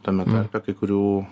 tame tarpe kai kurių